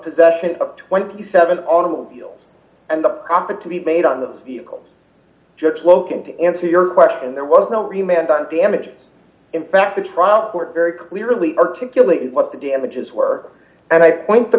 possession of twenty seven automobiles and the profit to be made on those vehicles drip loken to answer your question there was no remained on the images in fact the trial court very clearly articulated what the damages work and i point the